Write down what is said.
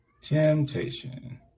Temptation